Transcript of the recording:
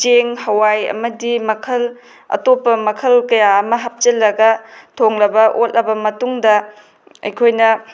ꯆꯦꯡ ꯍꯋꯥꯏ ꯑꯃꯗꯤ ꯃꯈꯜ ꯑꯇꯣꯞꯄ ꯃꯈꯜ ꯀꯌꯥ ꯑꯃ ꯍꯥꯞꯆꯤꯜꯂꯒ ꯊꯣꯡꯂꯕ ꯑꯣꯠꯂꯕ ꯃꯇꯨꯡꯗ ꯑꯩꯈꯣꯏꯅ